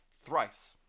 Thrice